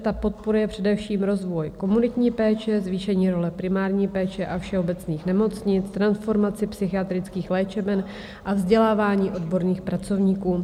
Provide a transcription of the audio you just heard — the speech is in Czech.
Ta podporuje především rozvoj komunitní péče, zvýšení role primární péče a všeobecných nemocnic, transformaci psychiatrických léčeben a vzdělávání odborných pracovníků.